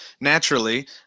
naturally